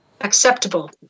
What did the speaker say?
acceptable